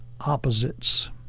opposites